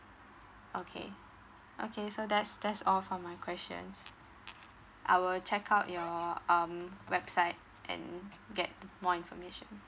okay okay so that's that's all for my questions I will check out your um website and get more information